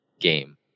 game